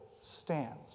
stands